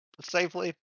safely